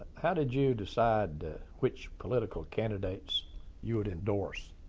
how did you decide which political candidates you would endorse?